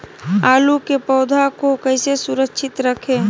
आलू के पौधा को कैसे सुरक्षित रखें?